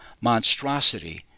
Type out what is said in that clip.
monstrosity